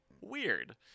weird